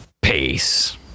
peace